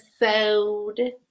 episode